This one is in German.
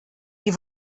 die